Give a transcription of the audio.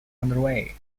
underway